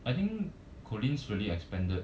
I think collin's really expanded